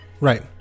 Right